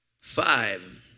Five